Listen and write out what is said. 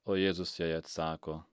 o jėzus jai atsako